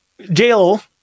jail